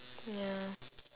ya